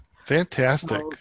Fantastic